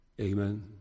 Amen